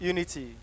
Unity